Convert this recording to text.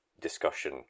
discussion